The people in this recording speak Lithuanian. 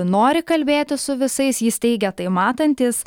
nori kalbėti su visais jis teigia tai matantis